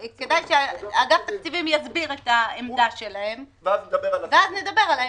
כדאי שאגף תקציבים יסביר את העמדה שלהם ואז נדבר על ההמשך.